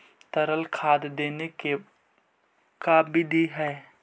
तरल खाद देने के का बिधि है?